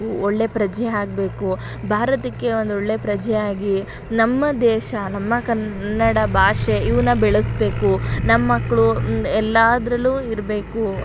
ಒ ಒಳ್ಳೆಯ ಪ್ರಜೆ ಆಗಬೇಕು ಭಾರತಕ್ಕೆ ಒಂದೊಳ್ಳೆ ಪ್ರಜೆ ಆಗಿ ನಮ್ಮ ದೇಶ ನಮ್ಮ ಕನ್ನಡ ಭಾಷೆ ಇವನ್ನ ಬೆಳೆಸಬೇಕು ನಮ್ಮ ಮಕ್ಕಳು ಎಲ್ಲದ್ರಲ್ಲೂ ಇರಬೇಕು